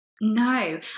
No